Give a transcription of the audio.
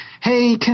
hey